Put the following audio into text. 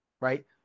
right